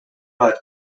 bat